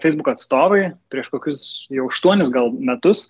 facebook atstovai prieš kokius jau aštuonis gal metus